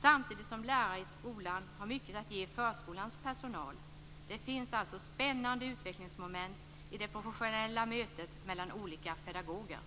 samtidigt som lärare i skolan har mycket att ge förskolans personal. Det finns alltså spännande utvecklingsmoment i det professionella mötet mellan olika pedagoger.